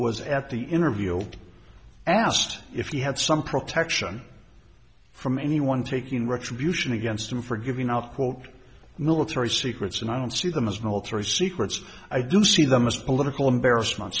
was at the interview asked if he had some protection from anyone taking retribution against him for giving out quote military secrets and i don't see them as military secrets i do see them as political embarrassment